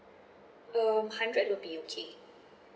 um hundred will be okay